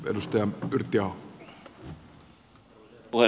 arvoisa herra puhemies